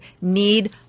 need